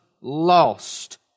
lost